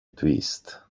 twist